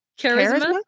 Charisma